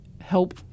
help